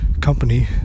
company